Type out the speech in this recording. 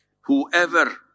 Whoever